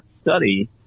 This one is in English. study